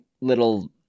little